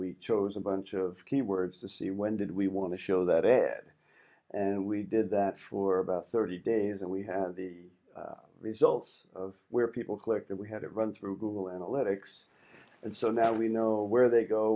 we chose a bunch of keywords to see when did we want to show that ad and we did that for about thirty days and we have the results of where people click that we had it run through google analytics so now we know where they go